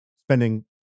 spending